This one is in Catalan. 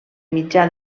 mitjà